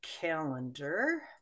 calendar